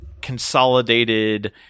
consolidated